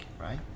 right